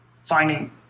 finding